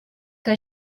que